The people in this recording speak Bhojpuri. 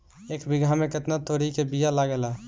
एक बिगहा में केतना तोरी के बिया लागेला?